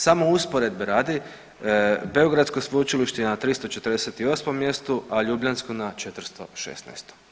Samo usporedbe radi beogradsko sveučilište je 348 mjestu, a ljubljansko na 416.